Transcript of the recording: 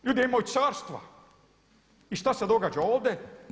Ljudi imaju carstva i šta se događa ovdje?